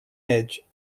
edge